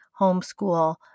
homeschool